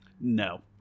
No